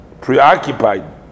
preoccupied